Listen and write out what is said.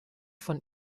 von